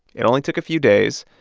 it only took a few days,